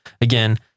Again